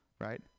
right